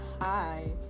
hi